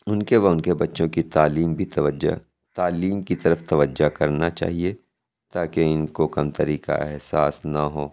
اُن کے و اُن کے بچوں کی تعلیم بھی توجہ تعلیم کی طرف توجہ کرنا چاہیے تاکہ اِن کو کمتری کا احساس نہ ہو